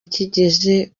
kigera